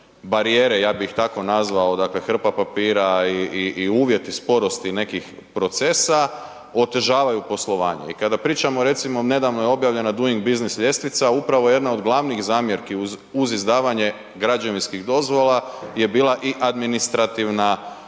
barijere, ja bih ih tako nazvao, dakle hrpa papira i uvjeti sporosti nekih procesa, otežavaju poslovanje. I kada pričamo recimo nedavno je objavljena Duing biznis ljestvica upravo jedna od glavnih zamjerki uz izdavanje građevinskih dozvola je bila i administrativna